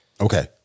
Okay